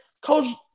Coach